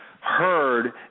heard